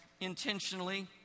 Intentionally